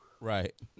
Right